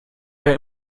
quer